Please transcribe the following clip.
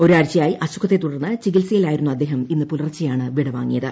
ഒരാഴ്ചയായി അസുഖത്തെ തുടർന്ന് ചികിത്സയിലായിരുന്ന അദ്ദേഹം ഇന്ന് പുലർച്ചെയാണ് വിടവാങ്ങിയത്